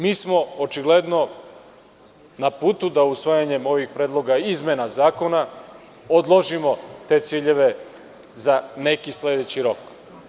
Mi smo očigledno na putu da usvajanjem ovih predloga izmena zakona odložimo te ciljeve za neki sledeći rok.